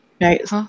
Right